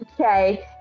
Okay